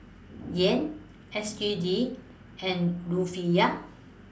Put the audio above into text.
Yen S G D and Rufiyaa